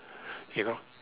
ya lor